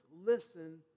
listen